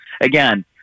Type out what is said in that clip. again